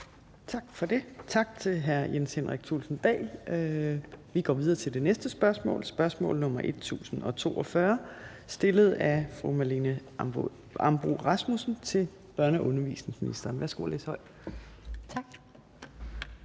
Tak for det. Tak til hr. Jens Henrik Thulesen Dahl. Vi går videre til det næste spørgsmål, spørgsmål nr. S 1042, stillet af fru Marlene Ambo-Rasmussen til børne- og undervisningsministeren. Kl. 15:02 Spm. nr.